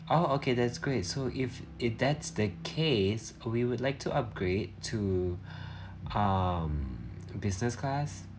oh okay that's great so if if that's the case we would like to upgrade to um business class